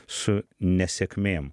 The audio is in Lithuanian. su nesėkmėm